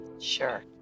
Sure